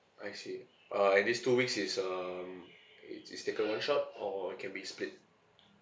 I see uh and these two weeks is um it's it's taken in one shot or it can be split